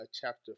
chapter